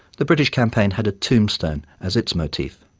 the british campaign had a tombstone as its motif.